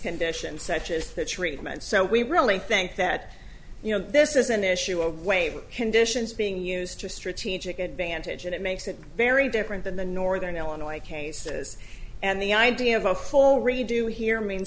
conditions such as the treatment so we really think that you know this is an issue of waiver conditions being used to strategic advantage and it makes it very different than the northern illinois cases and the idea of a full redo here m